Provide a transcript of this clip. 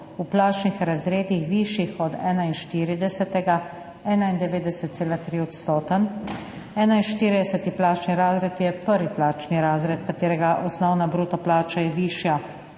v plačnih razredih, višjih od 41, 91,3-odstoten. 41 plačni razred je prvi plačni razred, katerega osnovna bruto plača je višja